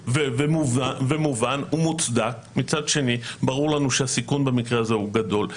מובן ומוצדק ומצד שני ברור לנו שהסיכון במקרה הזה הוא גדול.